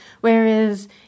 whereas